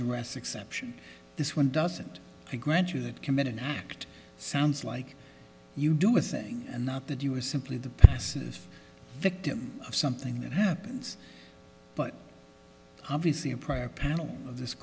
dress exception this one doesn't grant you that commit an act sounds like you do a thing and not that you are simply the passive victim of something that happens but obviously a prior panel